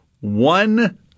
one